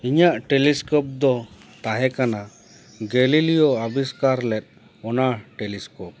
ᱤᱧᱟᱹᱜ ᱴᱮᱞᱤᱥᱠᱳᱯ ᱫᱚ ᱛᱟᱦᱮᱸ ᱠᱟᱱᱟ ᱜᱮᱞᱤᱞᱤᱭᱳ ᱟᱵᱤᱥᱠᱟᱨ ᱞᱮᱫ ᱚᱱᱟ ᱴᱮᱞᱤᱥᱠᱳᱯ